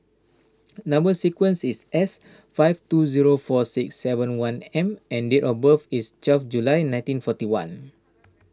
Number Sequence is S five two zero four six seven one M and date of birth is twelve June nineteen forty one